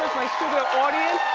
my studio audience.